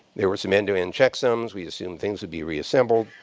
there were some end-to-end check zones. we assumed things would be reassembled.